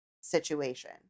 situation